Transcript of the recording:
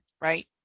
right